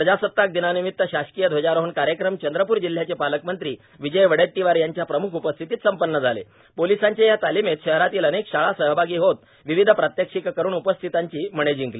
प्रजासताक दिनानिमित्य शासकीय ध्वजारोहण कार्यक्रम चंद्रपूर जिल्ह्याचे पालकमंत्री श्री विजय वडेट्टीवार यांच्या प्रमुख उपस्थितीत संपन्न झाले पोलिसांच्या या तालीमेत शहरातील अनेक शाळा सहभागी होत विविध प्रात्यक्षिक करुण उपस्थितांची मने जिंकली